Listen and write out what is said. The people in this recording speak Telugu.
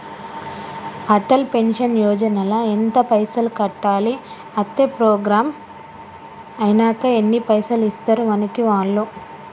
అటల్ పెన్షన్ యోజన ల ఎంత పైసల్ కట్టాలి? అత్తే ప్రోగ్రాం ఐనాక ఎన్ని పైసల్ ఇస్తరు మనకి వాళ్లు?